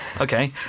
Okay